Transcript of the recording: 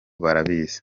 barabizi